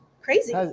crazy